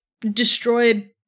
destroyed